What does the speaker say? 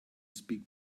speak